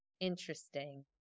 Interesting